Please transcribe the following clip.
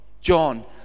John